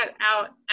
out